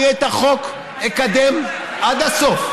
אני את החוק אקדם עד הסוף,